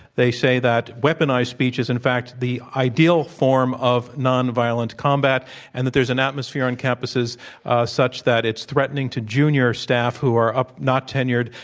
they say that weaponized speech is in fact the ideal form of nonviolent combat and that there's an atmosphere on campuses such that it's threatening to junior staff who are not tenured,